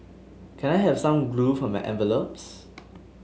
can I have some glue for my envelopes